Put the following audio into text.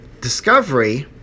discovery